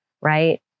right